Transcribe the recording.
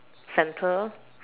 centre